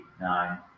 nine